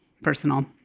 personal